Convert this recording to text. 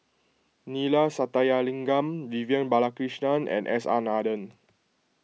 Neila Sathyalingam Vivian Balakrishnan and S R Nathan